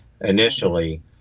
initially